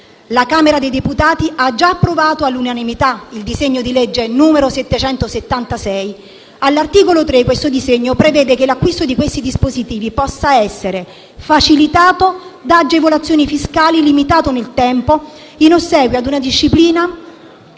La Camera dei deputati ha già approvato all'umanità il disegno di legge n. 766. All'articolo 3 il disegno di legge prevede che l'acquisto di questi dispositivi possa essere facilitato da agevolazioni fiscali, limitate nel tempo, in ossequio a una disciplina